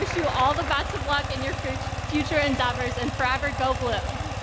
you all the best of luck in your future future endeavors and forever, go blue.